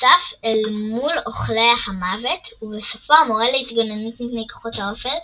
נוסף אל מול אוכלי המוות ובסופו המורה להתגוננות מפני כוחות האופל,